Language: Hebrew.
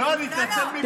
לא, אני אתנצל מפה.